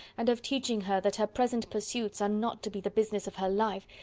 and of teaching her that her present pursuits are not to be the business of her life,